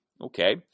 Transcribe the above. Okay